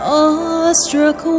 awestruck